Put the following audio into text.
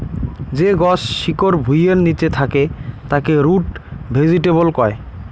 যে গছ শিকড় ভুঁইয়ের নিচে থাকে তাকে রুট ভেজিটেবল কয়